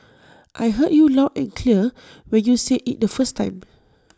I heard you loud and clear when you said IT the first time